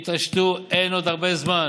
תתעשתו, אין עוד הרבה זמן.